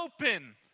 open